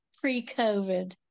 pre-covid